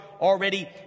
already